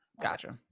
Gotcha